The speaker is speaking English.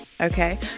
okay